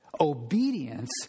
Obedience